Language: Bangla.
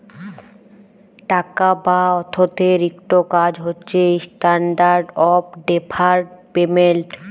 টাকা বা অথ্থের ইকট কাজ হছে ইস্ট্যান্ডার্ড অফ ডেফার্ড পেমেল্ট